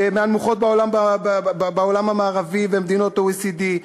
מהנמוכות בעולם המערבי ומדינות ה-OECD.